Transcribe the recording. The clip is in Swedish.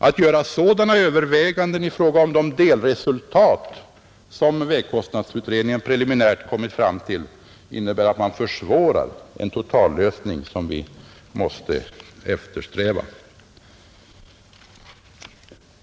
Att göra sådana överväganden i fråga om de delresultat som vägkostnadsutredningen preliminärt har kommit fram till innebär att man försvårar den totallösning som vi måste eftersträva.